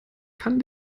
kann